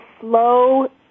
slow